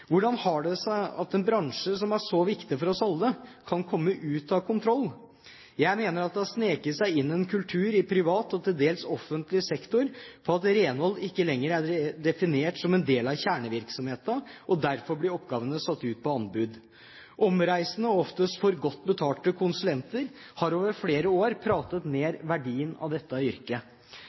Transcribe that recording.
Hvordan har det seg at en bransje som er så viktig for oss alle, kan komme ut av kontroll? Jeg mener at det har sneket seg inn en kultur i privat og til dels offentlig sektor for at renhold ikke lenger er definert som en del av kjernevirksomheten, og derfor blir oppgavene satt ut på anbud. Omreisende og oftest for godt betalte konsulenter har over flere år pratet ned verdien av dette yrket.